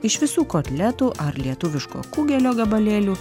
iš visų kotletų ar lietuviško kugelio gabalėlių